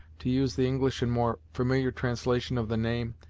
to use the english and more familiar translation of the name,